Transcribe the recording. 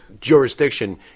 jurisdiction